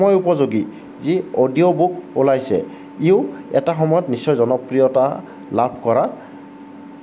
এই সময় উপযোগী যি অডিঅ' বুক ওলাইছে ইও এটা সময়ত নিশ্চয় জনপ্ৰিয়তা লাভ কৰাৰ